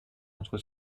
entre